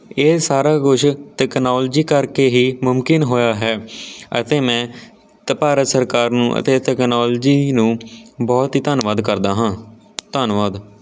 ਇਹ ਸਾਰਾ ਕੁਛ ਟੈਕਨੋਲਜੀ ਕਰਕੇ ਹੀ ਮੁਮਕਿਨ ਹੋਇਆ ਹੈ ਅਤੇ ਮੈਂ ਤਾਂ ਭਾਰਤ ਸਰਕਾਰ ਨੂੰ ਅਤੇ ਤੈਕਨੋਲਜੀ ਨੂੰ ਬਹੁਤ ਹੀ ਧੰਨਵਾਦ ਕਰਦਾ ਹਾਂ ਧੰਨਵਾਦ